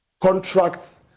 contracts